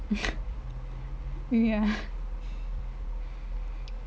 ya